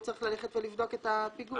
הוא צריך ללכת ולבדוק את הפיגום.